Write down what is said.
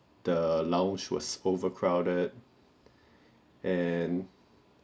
the lounge was overcrowded and